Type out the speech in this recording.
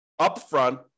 upfront